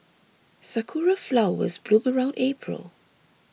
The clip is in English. sakura flowers bloom around April